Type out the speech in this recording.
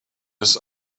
his